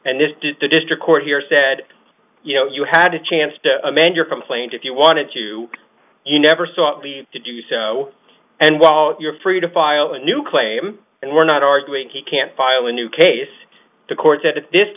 and this the district court here said you know you had a chance to amend your complaint if you wanted to you never saw me to do so and while you're free to file a new claim and we're not arguing he can file a new case the court said at this